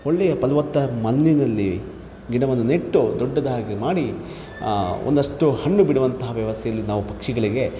ಒಳ್ಳೆ ಫಲವತ್ತಾದ ಮಣ್ಣಿನಲ್ಲಿ ಗಿಡವನ್ನು ನೆಟ್ಟು ದೊಡ್ಡದಾಗಿ ಮಾಡಿ ಒಂದಷ್ಟು ಹಣ್ಣು ಬಿಡುವಂಥ ವ್ಯವಸ್ಥೆಯಲ್ಲಿ ನಾವು ಪಕ್ಷಿಗಳಿಗೆ